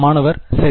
மாணவர் சரி